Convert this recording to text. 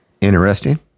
Interesting